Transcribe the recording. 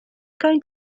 going